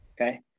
Okay